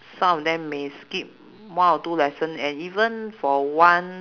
some of them may skip one or two lesson and even for one